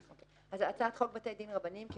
אקרא את הצעת החוק: " הצעת חוק בתי דין רבניים (קיום